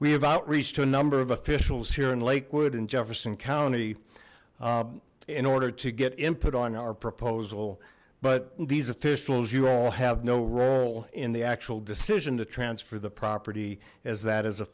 have out reached a number of officials here in lakewood in jefferson county in order to get input on our proposal but these officials you all have no role in the actual decision to transfer the property as that as a